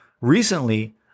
Recently